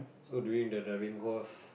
so during the driving course